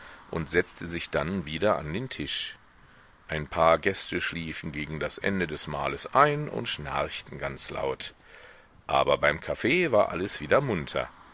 und setzte sich dann wieder an den tisch ein paar gäste schliefen gegen das ende des mahles ein und schnarchten ganz laut aber beim kaffee war alles wieder munter